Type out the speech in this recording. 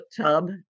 tub